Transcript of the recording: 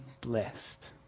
blessed